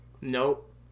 Nope